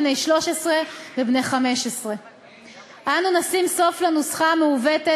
בן 13 ובן 15. אנו נשים סוף לנוסחה המעוותת